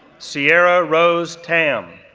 sierra rose tamm,